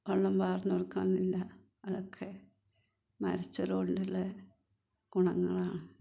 വെള്ളം വാർന്നുകൊടുക്കണം എന്നില്ല അതൊക്കെ ഗുണങ്ങളാണ്